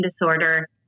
disorder